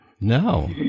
No